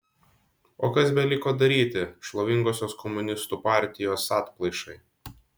o kas beliko daryti šlovingosios komunistų partijos atplaišai